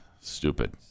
Stupid